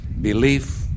belief